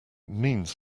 means